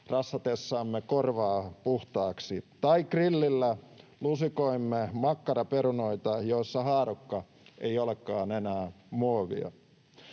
rassatessamme korvaa puhtaaksi tai grillillä lusikoimme makkaraperunoita, joissa haarukka ei olekaan enää muovia.